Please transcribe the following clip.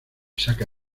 saca